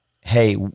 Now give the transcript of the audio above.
Hey